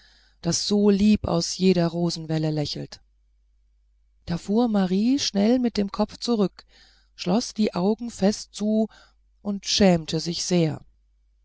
das so lieb aus jeder rosenwelle lächelt da fuhr marie schnell mit dem kopf zurück schloß die augen fest zu und schämte sich sehr